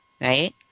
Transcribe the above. right